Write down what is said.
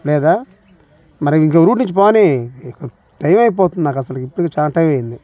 లేదా మరి ఇంకొక రూట్ నుంచి పోనీ టైమ్ అయిపోతుంది నాకు అసలకి ఇప్పటికి చాలా టైమ్ అయింది